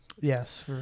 Yes